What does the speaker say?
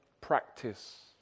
practice